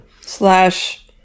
Slash